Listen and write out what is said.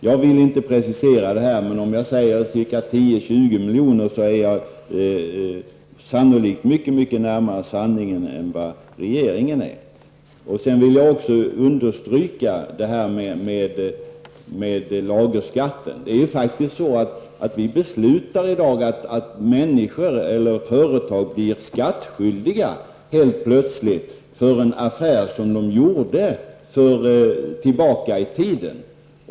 Jag vill inte precisera någon siffra, men om jag säger 10 à 20 milj.kr. kommer jag förmodligen mycket närmare sanningen än vad regeringen gör. Jag vill också understryka vad jag sade om lagerskatten. Vi kommer i dag att besluta att företag helt plötsligt blir skattskyldiga för en affär som de gjort ganska långt tillbaka i tiden.